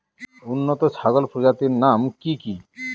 উন্নত ছাগল প্রজাতির নাম কি কি?